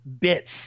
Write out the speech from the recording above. bits –